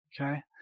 Okay